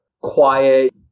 quiet